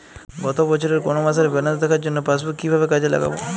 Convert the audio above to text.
গত বছরের কোনো মাসের ব্যালেন্স দেখার জন্য পাসবুক কীভাবে কাজে লাগাব?